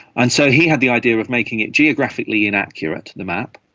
and so he had the idea of making it geographically inaccurate, the map,